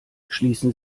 schließen